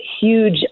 huge